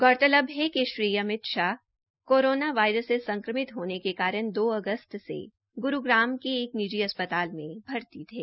गौरतलब है कि श्री अमित शाह कोरोना वायरस से संक्रमित होने के बाद दो अगस्त ग्रूग्राम के एक निजी अस्प्ताल में दाखिल थे